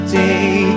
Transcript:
day